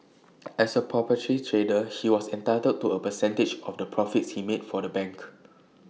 as A proprietary trader he was entitled to A percentage of the profits he made for the bank